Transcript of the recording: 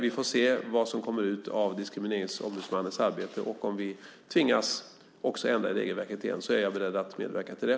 Vi får se vad som kommer ut av Diskrimineringsombudsmannens arbete. Om vi tvingas att ändra i regelverket igen är jag beredd att medverka till det.